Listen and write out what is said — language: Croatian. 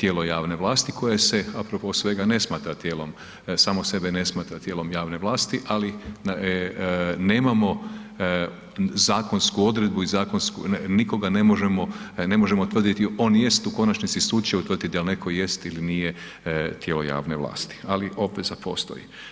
tijelo javne vlasti, koje se apropo svega ne smatra tijelom, samog sebe ne smatra tijelom javne vlasti, ali nemamo zakonsku odredbu i zakonsku, nikoga ne možemo, ne možemo on jest u konačnici sud će utvrditi da li netko jest ili nije tijelo javne vlasti, ali obveza postoji.